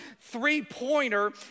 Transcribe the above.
three-pointer